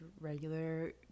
regular